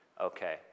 okay